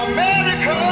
America